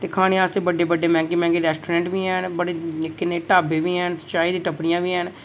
ते खानै आस्तै बड्डे बड्डे मैहंगें मैह्ंगे रेस्टोरेंट बी हैन बड़े निक्के नेहं ढाबे बी हैन चाही दियां टप्परियां बी हैन